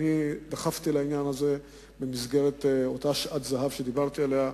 אני דחפתי לעניין הזה במסגרת אותה "שעת זהב" שדיברתי עליה.